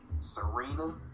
Serena